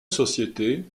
société